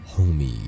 Homie